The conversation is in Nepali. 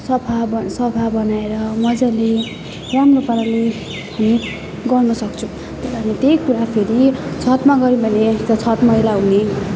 सफा ब सफा बनाएर मजाले राम्रो पाराले गर्नसक्छौँ तर हामी त्यही कुरा फेरि छतमा गर्यो भने एक त छत मैला हुने